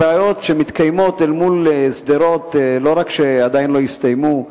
הבעיות שמתקיימות אל מול שדרות לא רק שעדיין לא הסתיימו,